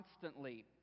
constantly